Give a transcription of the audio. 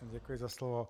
Děkuji za slovo.